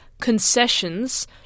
concessions